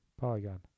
Polygon